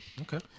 Okay